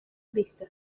vista